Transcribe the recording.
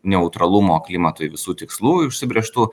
neutralumo klimatui visų tikslų užsibrėžtų